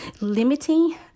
limiting